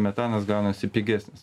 metanas gaunasi pigesnis